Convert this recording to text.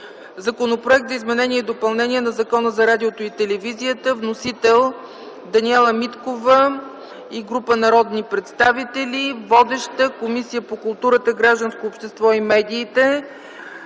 Законопроект за изменение и допълнение на Закона за радиото и телевизията. Вносители са Даниела Миткова и група народни представители. Водеща е Комисията по културата, гражданското общество и медиите.